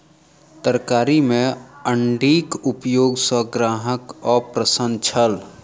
तरकारी में अण्डीक उपयोग सॅ ग्राहक अप्रसन्न छल